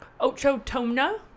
Ochotona